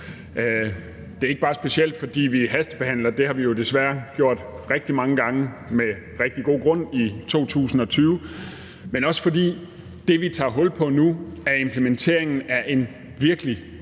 Det er ikke bare specielt, fordi vi hastebehandler. Det har vi jo desværre gjort rigtig mange gange med rigtig god grund i 2020. Men det er også, fordi det, vi tager hul på nu, er implementeringen af en virkelig,